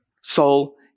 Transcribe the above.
soul